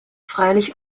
freilich